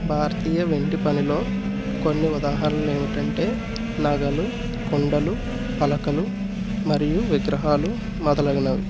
భారతీయ వెండి పనిలో కొన్ని ఉదాహరణలు ఏమిటంటే నగలు కొండలు పలకలు మరియు విగ్రహాలు మొదలగునవి